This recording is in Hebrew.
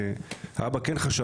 האבא כן חשב,